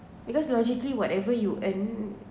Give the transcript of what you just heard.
because logically whatever you earn